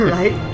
Right